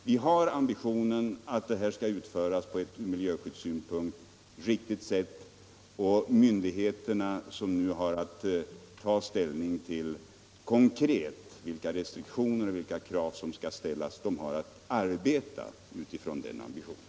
Vi har ambitionen att detta stålverk skall utföras på ett från miljösynpunkt riktigt sätt. De myndigheter som nu har att konkret ta ställning till vilka restriktioner och krav som skall ställas har att arbeta utifrån den ambitionen.